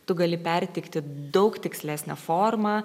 tu gali perteikti daug tikslesnę formą